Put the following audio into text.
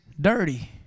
dirty